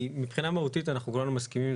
כי מבחינה מהותית אנחנו כולם מסכימים,